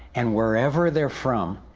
and wherever they're from,